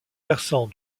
versants